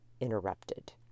interrupted